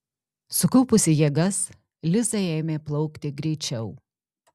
sukaupusi jėgas liza ėmė plaukti greičiau